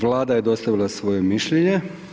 Vlada je dostavila svoje mišljenje.